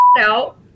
out